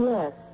Yes